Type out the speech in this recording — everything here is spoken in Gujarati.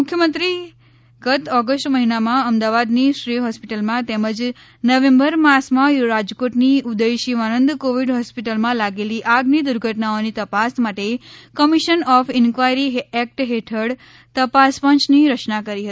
મુખ્યમંત્રી એ ગત ઓગસ્ટ મહિનામાં અમદાવાદની શ્રેય હોસ્પિટલમાં તેમજ નવેમ્બર માસમાં રાજકોટની ઉદય શિવાનંદ કોવિડ હોસ્પિટલમાં લાગેલી આગની દુર્ઘટનાઓની તપાસ માટે કમિશન ઓફ ઇન્કવાયરી એકટ હેઠળ તપાસ પંચની રચના કરી હતી